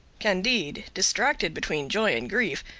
candide, distracted between joy and grief,